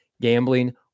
gambling